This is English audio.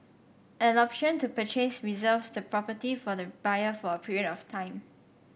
an option to purchase reserves the property for the buyer for a period of time